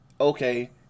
okay